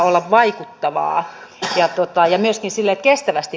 suomen pankki on tehnyt omia laskelmiaan